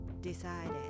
decided